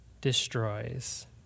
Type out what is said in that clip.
destroys